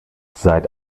seit